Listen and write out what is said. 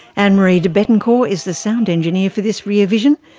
anne-marie debettencor is the sound engineer for this rear vision.